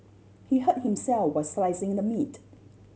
he hurt himself were slicing the meat